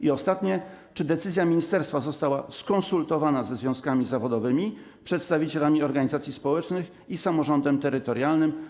I ostatnie: Czy decyzja ministerstwa została skonsultowana ze związkami zawodowymi, przedstawicielami organizacji społecznych i samorządem terytorialnym?